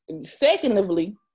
secondly